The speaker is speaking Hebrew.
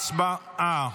הצבעה.